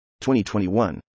2021